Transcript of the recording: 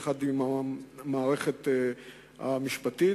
יחד עם המערכת המשפטית,